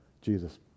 Jesus